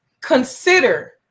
consider